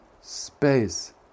space